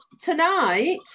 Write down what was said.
tonight